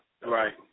Right